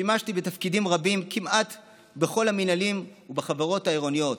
שימשתי בתפקידים רבים כמעט בכל המינהלים ובחברות העירוניות,